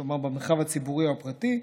כלומר במרחב הציבורי או הפרטי,